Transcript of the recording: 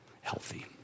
healthy